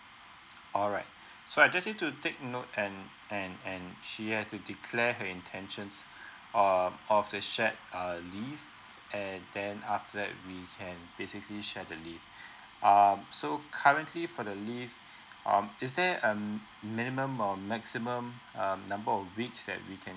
alright so I just need to take note and and and she have to declare her intentions err of the shared err leave and then after that we can basically share the leave um so currently for the leave um is there um minimum or maximum uh number of weeks that we can